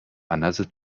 another